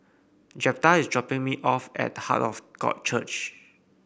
Jeptha is dropping me off at Heart of God Church